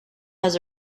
has